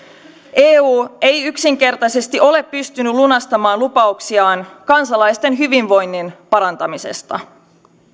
eu ei yksinkertaisesti ole pystynyt lunastamaan lupauksiaan kansalaisten hyvinvoinnin parantamisesta